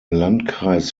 landkreis